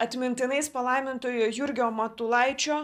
atmintinais palaimintojo jurgio matulaičio